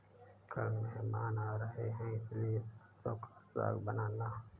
कल मेहमान आ रहे हैं इसलिए सरसों का साग बनाना